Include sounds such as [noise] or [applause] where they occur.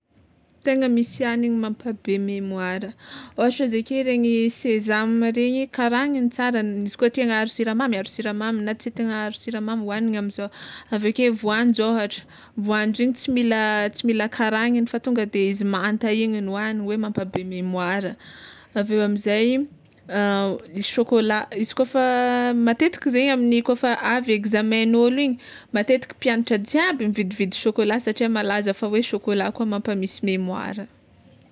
Tegna misy hagniny mampabe memoara, ôhatra izy ake zegny sezama regny karagniny tsara, izy koa tiagna aharo siramamy na tsy tiagna aharo siramamy, hoagniny amizao, aveke voanjo ôhatra, voanjo igny tsy mila tsy mila karagnina fa tonga de izy manta igny no hoagniny hoe mampabe memoara, aveo amizay [hesitation] chocolat, izy kôfa matetiky zegny aminy kôfa examen'ôlo igny matetiky mpiagnatry jiaby mividividy chocolat satria malaza fa hoe chocola koa mampamisy memoara.